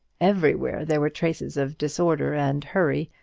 everywhere there were traces of disorder and hurry,